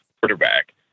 quarterback